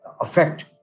affect